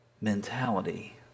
mentality